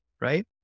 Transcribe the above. right